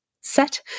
set